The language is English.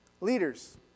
leaders